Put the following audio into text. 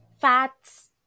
fats